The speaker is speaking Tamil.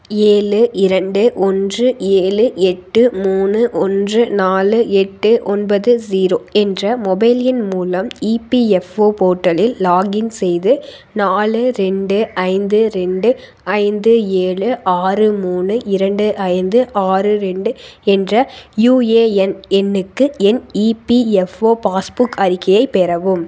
ஏழு இரண்டு ஒன்று ஏழு எட்டு மூணு ஒன்று நாலு எட்டு ஒன்பது ஜீரோ என்ற மொபைல் எண் மூலம் இபிஎஃப்ஒ போர்ட்டலில் லாகின் செய்து நாலு ரெண்டு ஐந்து ரெண்டு ஐந்து ஏழு ஆறு மூணு இரண்டு ஐந்து ஆறு ரெண்டு என்ற யுஏஎன் எண்ணுக்கு என் இபிஎஃப்ஒ பாஸ்புக் அறிக்கையை பெறவும்